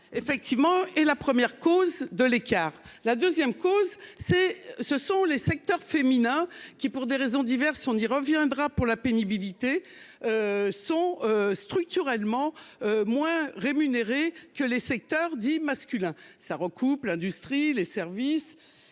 effectivement est la première cause de l'écart. La 2ème cause c'est ce sont les secteurs féminin qui pour des raisons diverses, on y reviendra pour la pénibilité. Sont structurellement. Moins rémunéré que les secteurs dits masculins ça recoupe l'industrie, les services